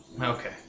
Okay